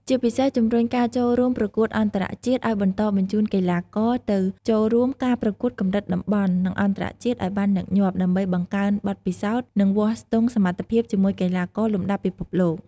ជាពិសេសជំរុញការចូលរួមប្រកួតអន្តរជាតិឲ្យបន្តបញ្ជូនកីឡាករទៅចូលរួមការប្រកួតកម្រិតតំបន់ និងអន្តរជាតិឱ្យបានញឹកញាប់ ដើម្បីបង្កើនបទពិសោធន៍ និងវាស់ស្ទង់សមត្ថភាពជាមួយកីឡាករលំដាប់ពិភពលោក។